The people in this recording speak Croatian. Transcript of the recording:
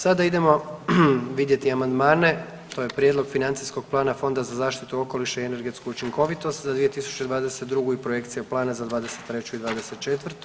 Sada idemo vidjeti amandmane, to je Prijedlog financijskog plana Fonda za zaštitu okoliša i energetsku učinkovitost za 2022. i projekcija plana za '23. i '24.